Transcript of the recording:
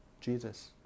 Jesus